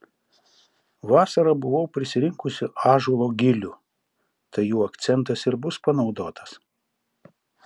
vasarą buvau prisirinkusi ąžuolo gilių tai jų akcentas ir bus panaudotas